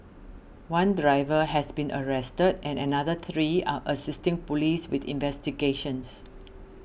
one driver has been arrested and another three are assisting police with investigations